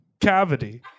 cavity